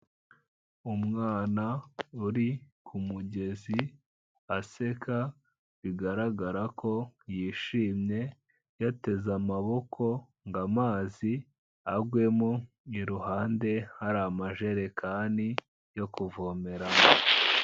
Umwana uri ku mugezi aseka bigaragara ko yishimye, yateze amaboko ngo amazi agwemo, iruhande hari amajerekani yo kuvomeramo.